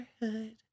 neighborhood